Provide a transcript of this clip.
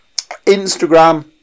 Instagram